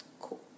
Cool